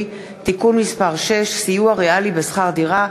(תיקון מס' 6) (סיוע ריאלי בשכר דירה),